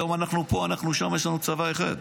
היום אנחנו פה, אנחנו שם, יש לנו צבא אחד.